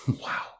Wow